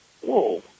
whoa